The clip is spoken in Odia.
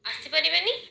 ଆସିପାରିବେନି